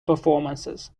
performances